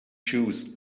shoes